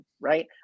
right